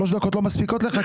שלוש דקות לא מספיקות לך.